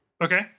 Okay